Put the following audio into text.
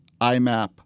IMAP